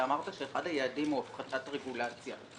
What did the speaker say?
אמרת שאחד היעדים הוא הפחתת הרגולציה.